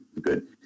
good